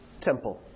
temple